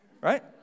Right